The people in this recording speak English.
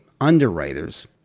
underwriters